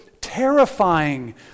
terrifying